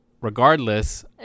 regardless